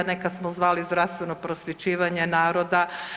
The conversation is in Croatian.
Nekad smo zvali zdravstveno prosvjećivanje naroda.